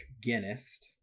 Guinness